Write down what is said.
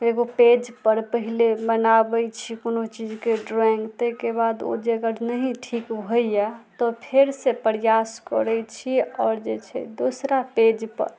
एगो पेज पर पहिले मनाबै छी कोनो चीजके ड्रॉइंग ताहिके बाद ओ जे अगर नहि ठीक होइया तऽ फेर से प्रयास करै छी आओर जे छै दोसरा पेज पर